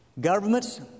Governments